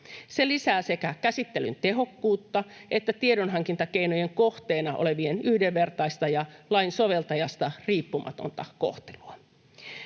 Se lisää sekä käsittelyn tehokkuutta että tiedonhankintakeinojen kohteena olevien yhdenvertaista ja lain soveltajasta riippumatonta kohtelua.